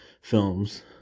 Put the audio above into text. films